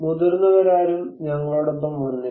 മുതിർന്നവരാരും ഞങ്ങളോടൊപ്പം വന്നില്ല